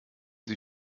sie